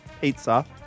pizza